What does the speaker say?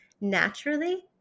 naturally